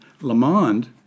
Lamond